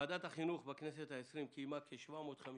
ועדת החינוך בכנסת ה-20 קיימה כ-750 דיונים.